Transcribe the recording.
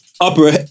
upper